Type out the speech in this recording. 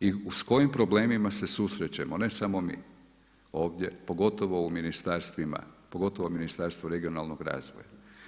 i s kojim problemima se susrećemo ne samo mi ovdje, pogotovo u ministarstvima, pogotovo Ministarstvo regionalnog razvoja.